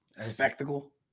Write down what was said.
Spectacle